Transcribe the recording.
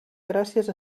gràcies